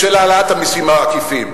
של העלאת המסים העקיפים,